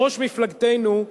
ראש מפלגתנו,